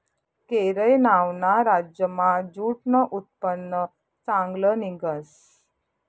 केरय नावना राज्यमा ज्यूटनं उत्पन्न चांगलं निंघस